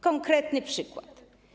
Konkretny przykład.